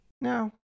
No